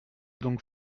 donc